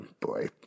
boy